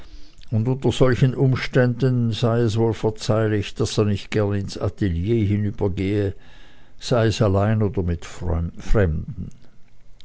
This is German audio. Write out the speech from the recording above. und unter solchen umständen sei es wohl verzeihlich daß er nicht gern ins atelier hinübergehe sei es allein oder mit fremden